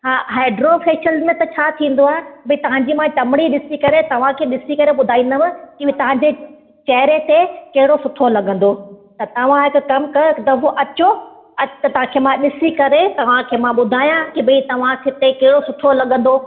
हा hydro facial में त छा थींदो आहे भाई तव्हांजी मां चमड़ी ॾिसी करे तव्हांखे ॾिसी करे ॿुधाईंदव की वो तव्हांजे चहेरे ते कहिड़ो सुठो लॻंदो त तव्हां हिकु कम कयो हिकु दफ़ो अचो अॼु त मां ॾिसी करे तव्हांखे मां ॿुधायां की भाई तव्हांखे हिते कहिड़ो सुठो लॻंदो